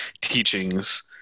teachings